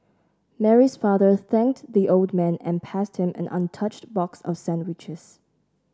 Mary's father thanked the old man and passed him an untouched box of sandwiches